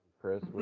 Chris